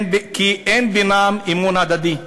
כן, כי אין בינם אמון הדדי.